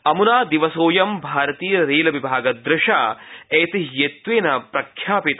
अमुना दिवसोऽयं भारतीय रेल विभागदृशा ऐतिह्यत्वेन प्रख्यापित